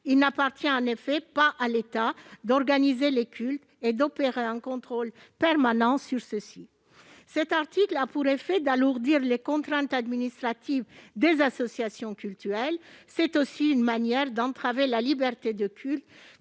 Il n'appartient pas à l'État d'organiser les cultes et d'opérer un contrôle permanent sur ceux-ci. L'article 27 a pour effet d'alourdir les contraintes administratives des associations cultuelles. C'est aussi une manière d'entraver la liberté des cultes,